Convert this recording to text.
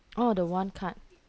orh the one card